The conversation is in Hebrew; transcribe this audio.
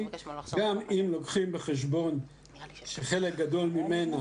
אני לא משווה את זה לחינוך הערבי,